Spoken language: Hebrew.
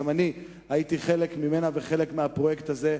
גם אני הייתי חלק ממנה וחלק מהפרויקט הזה,